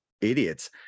idiots